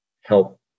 help